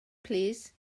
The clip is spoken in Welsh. plîs